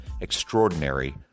extraordinary